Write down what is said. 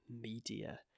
media